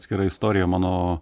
atskira istorija mano